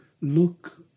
look